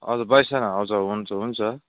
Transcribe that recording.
हजुर बाइसजना हजुर हुन्छ हुन्छ